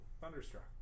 Thunderstruck